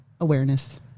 awareness